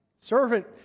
servant